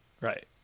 Right